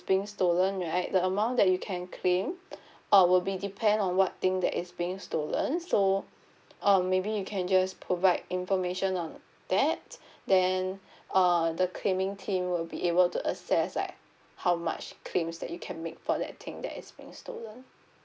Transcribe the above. being stolen right the amount that you can claim uh will be depend on what thing that is being stolen so um maybe you can just provide information on that then uh the claiming team will be able to assess like how much claims that you can make for that thing that is being stolen